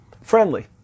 friendly